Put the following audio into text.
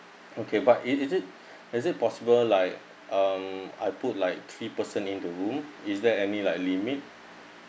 okay but it is it is it possible like um I put like three person in the room is there any like limit